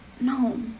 No